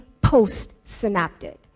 postsynaptic